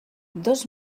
dos